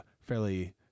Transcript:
fairly